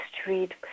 street